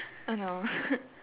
oh no